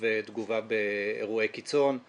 ראשי הקואליציה הזאת,